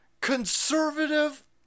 conservative